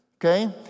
Okay